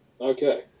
Okay